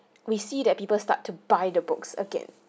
we see that people start to buy the books again